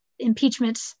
impeachment